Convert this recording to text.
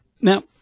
Now